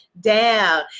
down